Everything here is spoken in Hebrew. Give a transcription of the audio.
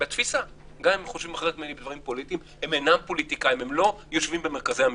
אינם פוליטיקאים והם לא יושבים במרכזי המפלגות.